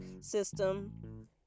system